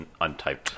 untyped